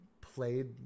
played